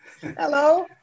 Hello